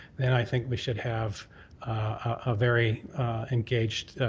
then i think we should have a very engaged